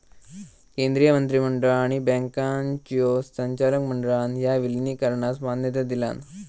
केंद्रीय मंत्रिमंडळ आणि बँकांच्यो संचालक मंडळान ह्या विलीनीकरणास मान्यता दिलान